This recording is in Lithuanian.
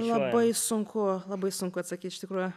labai sunku labai sunku atsakyt iš tikrųjų